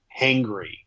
hangry